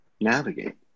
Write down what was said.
navigate